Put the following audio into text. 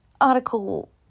article